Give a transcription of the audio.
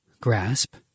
grasp